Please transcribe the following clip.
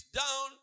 down